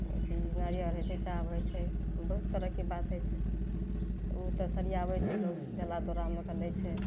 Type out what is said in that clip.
अथी नारियल होइ छै चाभ होइ छै बहुत तरहके बात होइ छै उ तऽ सरियाबय छै लोक डाला दौड़ामे कऽ लै छै